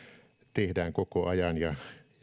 tehdään koko ajan ja